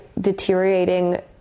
deteriorating